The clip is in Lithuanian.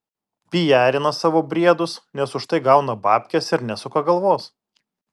pijarina savo briedus nes už tai gauna babkes ir nesuka galvos